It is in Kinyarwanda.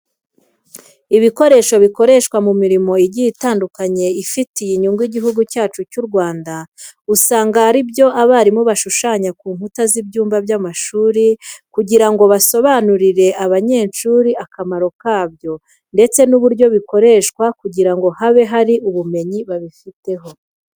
Ibikoresho bikoreshwa mu mirimo igiye itandukanye ifitiye inyungu Igihugu cyacu cy'u Rwanda, usanga ari byo abarimu bashushanya ku nkuta z'ibyumba by'amashuri kugira ngo basobanurire abanyeshuri akamaro kabyo ndetse n'uburyo bikoreshwa kugira ngo habe hari ubumenyi babifiteho.